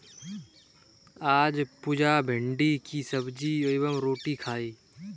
आज पुजा भिंडी की सब्जी एवं रोटी खाई